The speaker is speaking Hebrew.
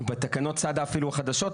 בתקנות צד אפילו החדשות,